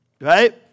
Right